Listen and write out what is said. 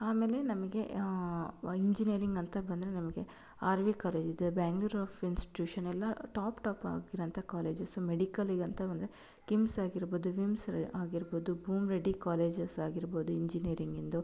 ಆಮೇಲೆ ನಮಗೆ ವ ಇಂಜಿನಿಯರಿಂಗ್ ಅಂತ ಬಂದರೆ ನಮಗೆ ಆರ್ ವಿ ಕಾಲೇಜಿದೆ ಬ್ಯಾಂಗ್ಳೂರ್ ಆಫ್ ಇನ್ಸ್ಟೂಷನ್ ಎಲ್ಲ ಟಾಪ್ ಟಾಪ್ ಆಗಿರೋ ಅಂತ ಕಾಲೇಜಸು ಮೆಡಿಕಲಿಗೆ ಅಂತ ಬಂದರೆ ಕಿಮ್ಸ್ ಆಗಿರ್ಬೋದು ವಿಮ್ಸ್ ರೇ ಆಗಿರ್ಬೋದು ಭೂಮರಡ್ಡಿ ಕಾಲೇಜಸ್ ಆಗಿರ್ಬೋದು ಇಂಜಿನಿಯರಿಂಗಿಂದು